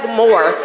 more